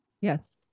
Yes